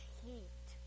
heat